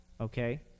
Okay